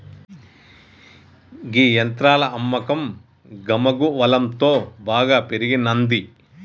గీ యంత్రాల అమ్మకం గమగువలంతో బాగా పెరిగినంది